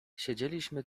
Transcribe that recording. siedzieliśmy